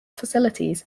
facilities